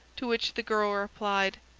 to which the girl replied,